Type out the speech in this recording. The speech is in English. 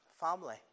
family